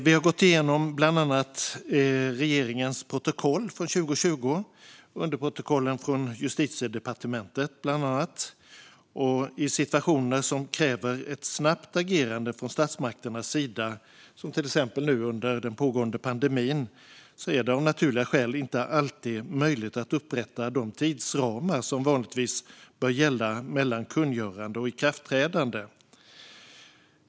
Vi har bland annat gått igenom regeringens protokoll från 2020, till exempel underprotokollen från Justitiedepartementet. I situationer som kräver ett snabbt agerande från statsmakternas sida, som till exempel under den pågående pandemin, är det av naturliga skäl inte alltid möjligt att upprätta de tidsramar som vanligtvis bör gälla mellan kungörande och ikraftträdande.